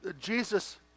Jesus